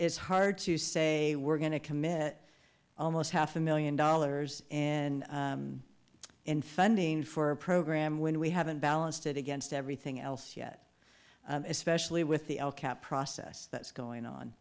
hard to say we're going to commit almost half a million dollars and in funding for a program when we haven't balanced it against everything else yet especially with the process that's going